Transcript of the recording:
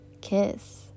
Kiss